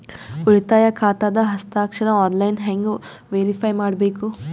ಉಳಿತಾಯ ಖಾತಾದ ಹಸ್ತಾಕ್ಷರ ಆನ್ಲೈನ್ ಹೆಂಗ್ ವೇರಿಫೈ ಮಾಡಬೇಕು?